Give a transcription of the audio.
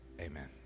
amen